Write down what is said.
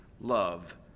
love